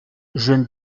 jeune